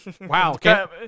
Wow